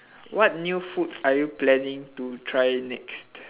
what new food are you planning to try next